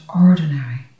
ordinary